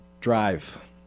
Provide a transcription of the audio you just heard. Drive